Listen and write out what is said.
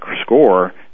score